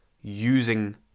using